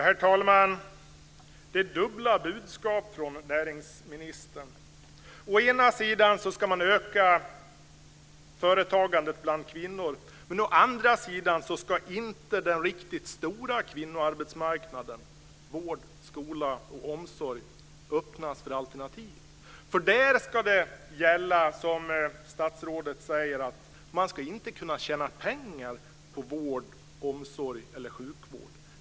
Herr talman! Det är dubbla budskap från näringsministern. Å ena sidan ska man öka företagandet bland kvinnor, men å andra sidan ska inte den riktigt stora kvinnoarbetsmarknaden - vård, skola och omsorg - öppnas för alternativ. Man ska, som statsrådet säger, inte kunna tjäna pengar på vård, omsorg eller sjukvård.